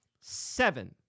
Seven